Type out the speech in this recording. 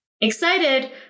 Excited